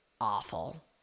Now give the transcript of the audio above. awful